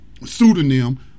pseudonym